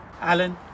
Alan